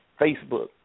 Facebook